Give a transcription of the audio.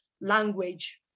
language